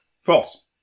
False